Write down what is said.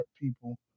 people